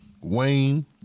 Wayne